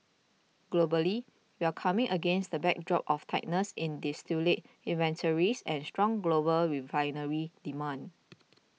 globally we're coming against the backdrop of tightness in distillate inventories and strong global refinery demand